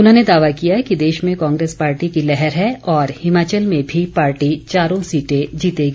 उन्होंने दावा किया कि देश में कांग्रेस पार्टी की लहर है और हिमाचल में भी पार्टी चारों सीटें जीतेगी